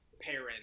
parent